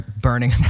burning